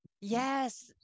Yes